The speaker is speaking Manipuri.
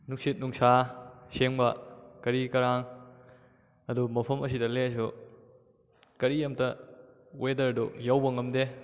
ꯅꯨꯡꯁꯤꯠ ꯅꯨꯡꯁꯥ ꯁꯦꯡꯕ ꯀꯔꯤ ꯀꯔꯥꯡ ꯑꯗꯨꯕꯨ ꯃꯐꯝ ꯑꯁꯤꯗ ꯂꯩꯔꯁꯨ ꯀꯔꯤꯑꯝꯇ ꯋꯦꯗꯔꯗꯨ ꯌꯧꯕ ꯉꯝꯗꯦ